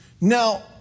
Now